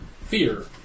Fear